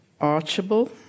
Archibald